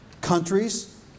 Countries